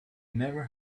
never